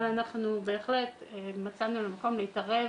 אבל בהחלט מצאנו מקום להתערב